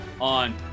on